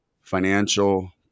financial